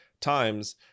times